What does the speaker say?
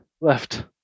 left